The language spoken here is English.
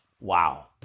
Wow